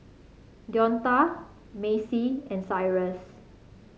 Deonta Macy and Cyrus